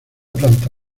planta